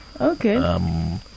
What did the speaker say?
Okay